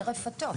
זה רפתות.